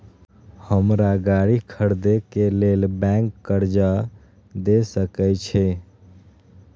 हमरा गाड़ी खरदे के लेल बैंक कर्जा देय सके छे?